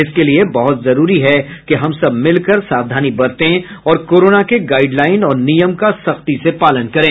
इसके लिए बहुत जरूरी है कि हम सब मिलकर सावधानी बरतें और कोरोना के गाइडलाइन और नियम का सख्ती से पालन करें